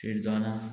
शिरदोना